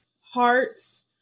hearts